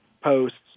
posts